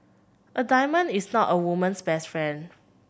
a diamond is not a woman's best friend